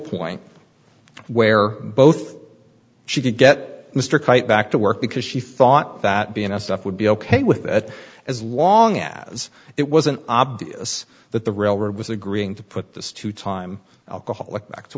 point where both she could get mr kite back to work because she thought that being a stuff would be ok with that as long as it wasn't obvious that the railroad was agreeing to put this two time alcoholic back to